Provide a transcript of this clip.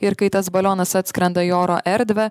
ir kai tas balionas atskrenda į oro erdvę